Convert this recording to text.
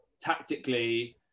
tactically